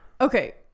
Okay